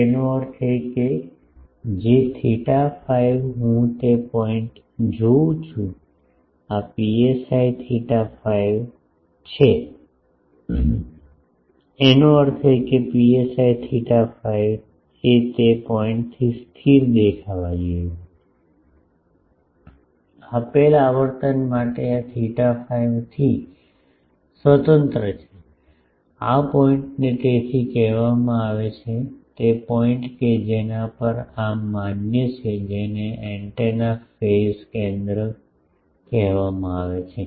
તેનો અર્થ એ કે જે થિટા ફાઈ હું તે પોઇન્ટને જોઉં છું આ પીએસઆઈ થિટા ફાઈ તેથી એનો અર્થ એ કે પીએસઆઈ થિટા ફાઈ એ તે પોઇન્ટથી સ્થિર દેખાવા જોઈએ આપેલ આવર્તન માટે આ થિટા ફાઈથી સ્વતંત્ર છે આ પોઇન્ટને તેથી કહેવામાં આવે છે તે પોઇન્ટ કે જેના પર આ માન્ય છે જેને એન્ટેનાના ફેઝ કેન્દ્ર કહેવામાં આવે છે